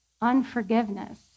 unforgiveness